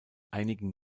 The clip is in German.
einigen